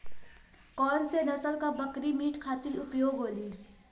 कौन से नसल क बकरी मीट खातिर उपयोग होली?